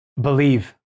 Believe